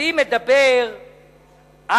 אני מדבר על